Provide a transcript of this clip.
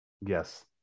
Yes